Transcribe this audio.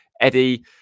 Eddie